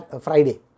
Friday